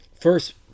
first